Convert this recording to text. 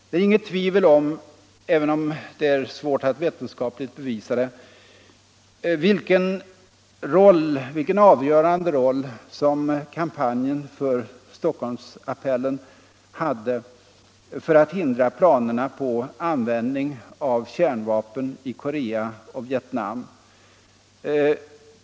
Det är inget tvivel om, även om det är svårt att vetenskapligt bevisa det, att kampanjen för Stockholmsappellen spelade en avgörande roll för att hindra planerna på användning av kärnvapen i Korea och Vietnam.